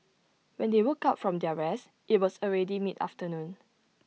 when they woke up from their rest IT was already mid afternoon